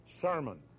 sermon